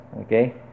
Okay